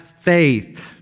faith